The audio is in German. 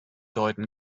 deuten